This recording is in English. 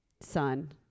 son